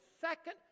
second